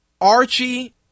Archie